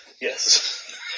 Yes